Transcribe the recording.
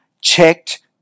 checked